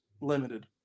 limited